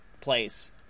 place